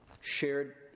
shared